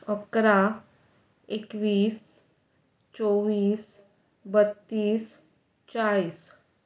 इकरा एकवीस चोवीस बत्तीस चाळीस